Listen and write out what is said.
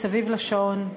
מסביב לשעון,